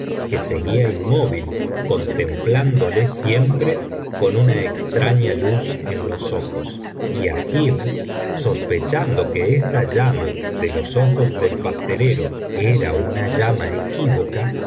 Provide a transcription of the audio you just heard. que seguía inmóvil contemplándole siempre con una extraña luz en los ojos y agib sospechando que esta llama de los ojos del pastelero era una llama equívoca